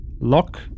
lock